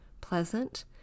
pleasant